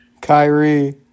Kyrie